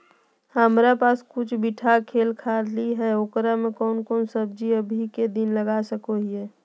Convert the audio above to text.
हमारा पास कुछ बिठा खेत खाली है ओकरा में कौन कौन सब्जी अभी के दिन में लगा सको हियय?